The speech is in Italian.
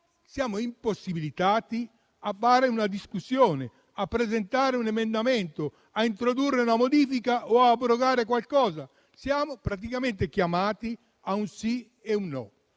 siamo impossibilitati a fare una discussione, a presentare un emendamento, a introdurre una modifica o ad abrogare qualche parte. Siamo praticamente chiamati a dire un sì o un no.